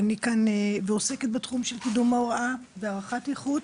אני עוסקת בתחום של קידום ההוראה והערכת איכות,